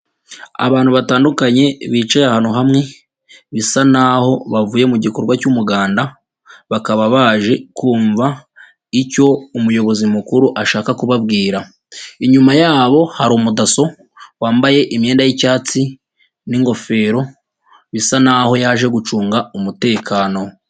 Abantu batandukanye bicaye ahantu hamwe bisa naho bavuye mu gikorwa cy'umuganda bakaba baje kumva icyo umuyobozi mukuru ashaka kubabwira, inyuma yabo hari umudaso wambaye imyenda y'icyatsi n'ingofero bisa naho yaje gucunga umutekano.